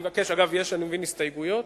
אגב, אני מבין שיש הסתייגויות.